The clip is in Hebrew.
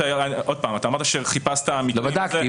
אמרת שחיפשת --- בדקתי.